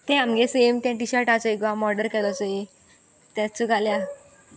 तें आमगे सेम तें टिशर्ट आमी चोय गो ऑर्डर केलोचोय तेंच घाल्या